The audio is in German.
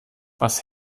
was